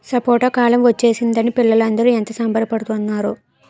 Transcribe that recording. సపోటా కాలం ఒచ్చేసిందని పిల్లలందరూ ఎంత సంబరపడి పోతున్నారో